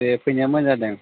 दे फैनाया मोजां जादों